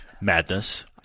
Madness